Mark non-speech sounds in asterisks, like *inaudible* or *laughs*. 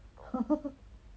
*laughs*